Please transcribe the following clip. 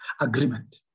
Agreement